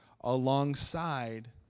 alongside